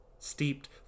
Steeped